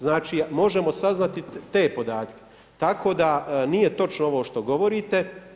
Znači možemo saznati te podatke, tako da nije točno ovo što govorite.